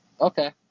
Okay